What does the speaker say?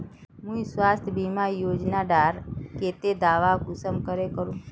मुई स्वास्थ्य बीमा योजना डार केते दावा कुंसम करे करूम?